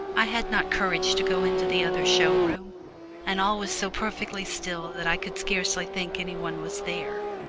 i had not courage to go into the other show-room, and all was so perfectly still that i could scarcely think any one was there.